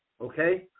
okay